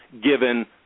given